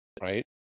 right